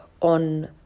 on